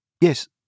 yes